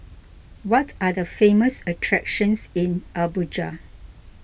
what are the famous attractions in Abuja